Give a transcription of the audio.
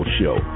show